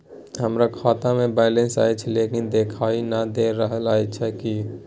हमरा खाता में बैलेंस अएछ लेकिन देखाई नय दे रहल अएछ, किये?